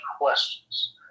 questions